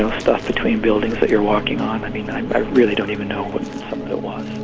and stuff between buildings that you're walking on. i mean, i really don't even know what some of it was.